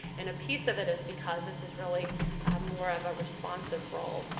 and a piece of it is because this is really more of a responsive role.